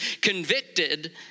convicted